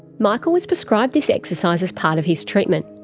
michael was prescribed this exercise as part of his treatment,